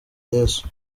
yesu